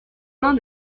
mains